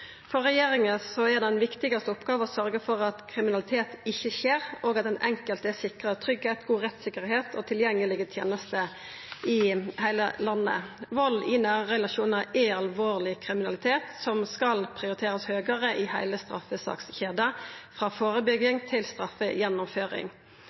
For regjeringa er den viktigaste oppgåva å sørgja for at kriminalitet ikkje skjer, og at den enkelte er sikra tryggleik, god rettstryggleik og tilgjengelege tenester i heile landet. Vald i nære relasjonar er alvorleg kriminalitet som skal prioriterast høgare i heile straffesakskjeda, frå